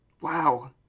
Wow